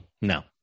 No